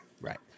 Right